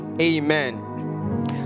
Amen